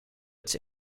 its